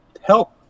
help